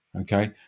Okay